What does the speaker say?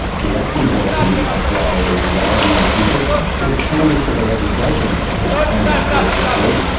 the acting head of the new south wales epa, yeah mark gifford, says changes to the legislation, which came into force this week,